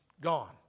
gone